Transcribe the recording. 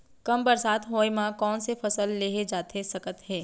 कम बरसात होए मा कौन से फसल लेहे जाथे सकत हे?